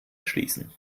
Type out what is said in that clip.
erschließen